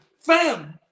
fam